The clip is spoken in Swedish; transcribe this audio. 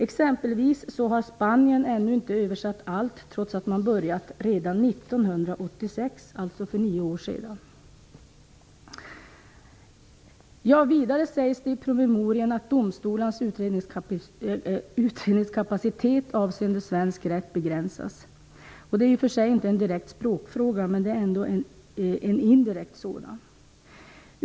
Exempelvis har Spanien ännu inte översatt allt, trots att man började redan 1986 - alltså för nio år sedan. Vidare sägs det i promemorian att domstolens utredningskapacitet avseende svensk rätt begränsas. Det är i och för sig inte en direkt språkfråga, men det är ändå en indirekt sådan.